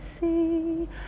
see